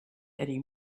eddie